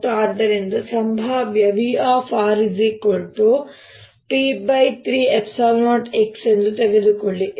ಮತ್ತು ಆದ್ದರಿಂದ ಸಂಭಾವ್ಯ VrP30xತೆಗೆದುಕೊಳ್ಳಿ